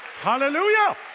hallelujah